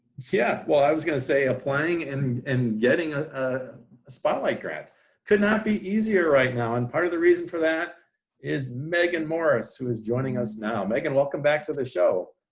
yeah, well i was gonna say applying and and getting a spotlight grant could not be easier right now, and part of the reason for that is meaghan morris, who is joining us now. meaghan, welcome back to the show.